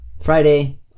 Friday